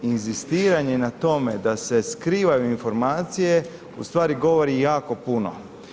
Inzistiranje na tome da se skrivaju informacije u stvari govori jako puno.